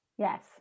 Yes